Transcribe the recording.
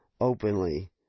openly